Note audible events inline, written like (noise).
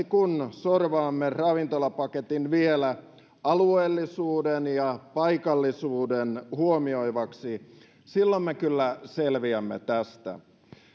(unintelligible) kun lisäksi sorvaamme ravintolapaketin vielä alueellisuuden ja paikallisuuden huomioivaksi silloin me kyllä selviämme tästä